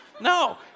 No